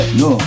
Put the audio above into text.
no